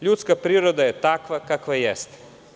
Ljudska priroda je takva kakva jeste.